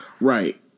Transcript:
right